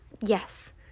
Yes